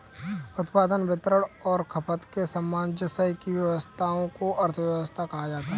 उत्पादन, वितरण और खपत के सामंजस्य की व्यस्वस्था को अर्थव्यवस्था कहा जाता है